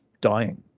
dying